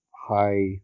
high